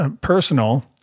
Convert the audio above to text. personal